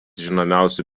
žinomiausių